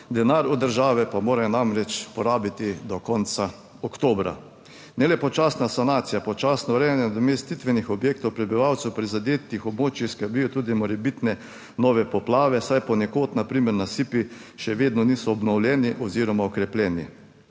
denar od države pa morajo namreč porabiti do konca oktobra. Ne le počasna sanacija, počasno urejanje nadomestitvenih objektov prebivalcev prizadetih območij, skrbijo tudi morebitne nove poplave, saj ponekod na primer nasipi še vedno niso obnovljeni oziroma okrepljeni.